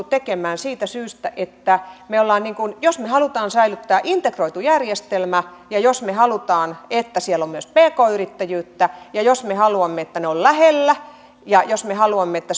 tekemään siitä syystä että jos me haluamme säilyttää integroidun järjestelmän ja jos me haluamme että siellä on myös pk yrittäjyyttä ja jos me haluamme että ne ovat lähellä ja jos me haluamme että